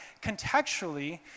contextually